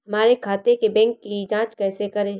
हमारे खाते के बैंक की जाँच कैसे करें?